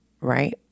Right